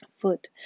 foot